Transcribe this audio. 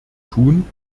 tun